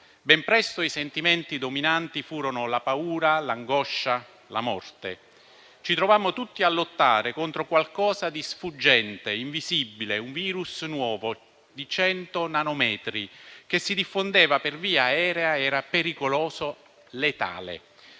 Ben presto i sentimenti dominanti furono la paura, l'angoscia e la morte. Ci trovammo tutti a lottare contro qualcosa di sfuggente ed invisibile, un virus nuovo, di cento nanometri, che si diffondeva per via aerea ed era pericoloso e letale.